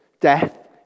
death